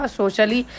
socially